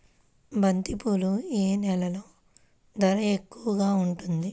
బంతిపూలు ఏ నెలలో ధర ఎక్కువగా ఉంటుంది?